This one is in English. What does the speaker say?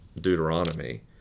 Deuteronomy